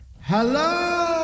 Hello